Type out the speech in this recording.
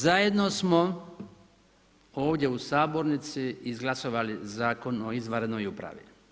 Zajedno smo ovdje u sabornici izglasali Zakon o izvanrednoj upravi.